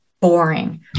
boring